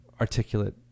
articulate